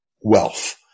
wealth